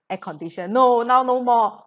air condition no now no more